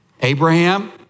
Abraham